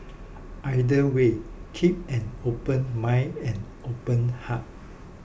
either way keep an open mind and open heart